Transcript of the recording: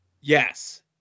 Yes